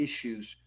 issues